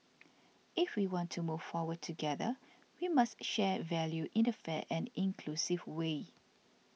if we want to move forward together we must share value in a fair and inclusive way